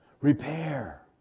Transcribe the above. Repair